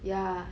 ya